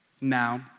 now